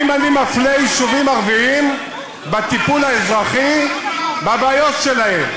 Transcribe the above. האם אני מפלה יישובים ערביים בטיפול האזרחי בבעיות שלהם?